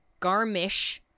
Garmish